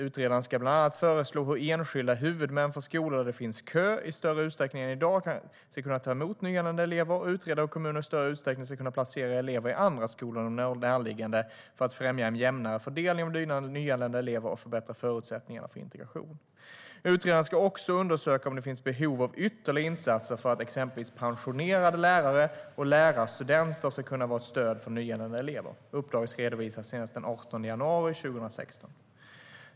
Utredaren ska bland annat föreslå hur enskilda huvudmän för skolor där det finns kö i större utsträckning än i dag ska kunna ta emot nyanlända elever och utreda hur kommuner i större utsträckning ska kunna placera elever i andra skolor än de närliggande för att främja en jämnare fördelning av nyanlända elever och förbättra förutsättningarna för integration. Utredaren ska också undersöka om det finns behov av ytterligare insatser för att exempelvis pensionerade lärare och lärarstudenter ska kunna vara ett stöd för nyanlända elever. Uppdraget ska redovisas senast den 18 januari 2016.